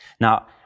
Now